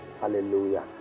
Hallelujah